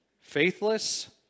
faithless